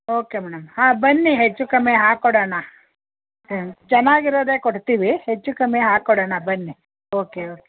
okay madam ಹಾಂ ಬನ್ನಿ ಹೆಚ್ಚು ಕಮ್ಮಿ ಹಾಕ್ಕೊಡೋಣ ಹ್ಞೂ ಚೆನ್ನಾಗಿರೋದೆ ಕೊಡ್ತೀವಿ ಹೆಚ್ಚು ಕಮ್ಮಿ ಹಾಕಿಕೊಡೋಣ ಬನ್ನಿ ಓಕೆ ಓಕೆ